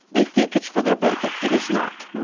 they think it's for their benefit. it is not.